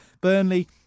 Burnley